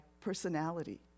personality